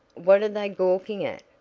what are they gawking at?